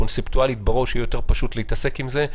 קונספטואלית בראש יהיה אפשר פשוט להתעסק עם זה,